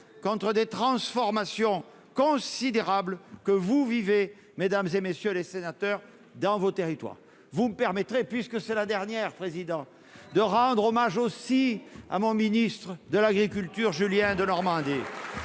contre des transformations considérables que vous vivez, mesdames et messieurs les sénateurs dans vos territoires, vous me permettrez, puisque c'est la dernière président de rendre hommage aussi à mon ministre de l'Agriculture, Julien Denormandie.